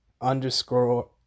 underscore